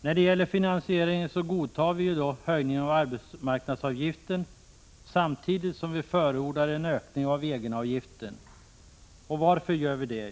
Beträffande finansieringen godtar vi en höjning av arbetsgivaravgiften. Samtidigt förordar vi en höjning av egenavgiften. Och varför gör vi det?